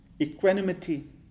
Equanimity